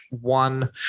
one